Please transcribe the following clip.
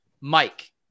Mike